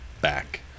back